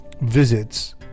visits